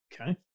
Okay